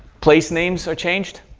place names are changed.